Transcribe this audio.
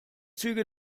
züge